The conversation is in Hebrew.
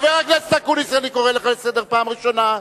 חבר הכנסת אקוניס, אני קורא לך לסדר פעם ראשונה.